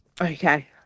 Okay